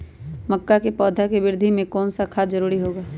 मक्का के पौधा के वृद्धि में कौन सा खाद जरूरी होगा?